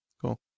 Cool